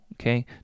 okay